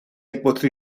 بطری